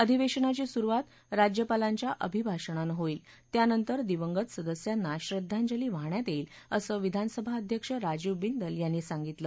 अधिवेशनाची सुरुवात राज्यपालांच्या अभिभाषणानं होईल त्यानंतर दिवंगत सदस्यांना श्रद्धांजली वाहण्यात येईल असं विधानसभा अध्यक्ष राजीव बींदल यांनी सांगितलं